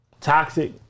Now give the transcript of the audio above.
toxic